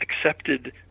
accepted